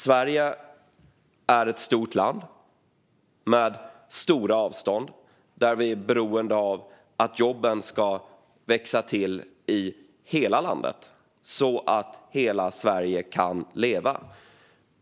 Sverige är ett stort land med stora avstånd där vi är beroende av att jobben ska växa till i hela landet, så att hela Sverige kan leva.